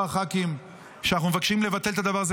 ח"כים מכתב שאנחנו מבקשים לבטל את הדבר הזה,